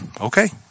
okay